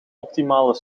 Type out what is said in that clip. optimale